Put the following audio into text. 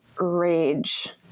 rage